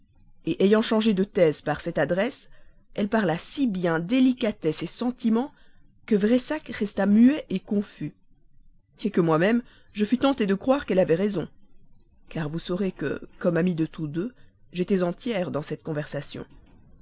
d'eux ayant changé de thèse par cette adresse elle parla si bien délicatesse sentiment que pressac resta muet confus que moi-même j'étais tenté de croire qu'elle avait raison car vous saurez que comme ami de tous deux j'étais en tiers dans cette conversation